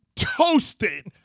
Toasted